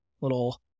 little